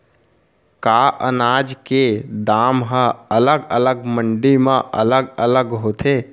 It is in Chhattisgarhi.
का अनाज के दाम हा अलग अलग मंडी म अलग अलग होथे?